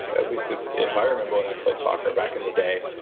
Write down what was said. at least if if i remember when i played soccer back in the day,